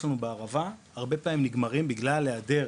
לנו בערבה הרבה פעמים נגמרים בגלל היעדר